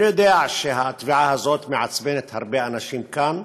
אני יודע שהתביעה הזאת מעצבנת הרבה אנשים כאן,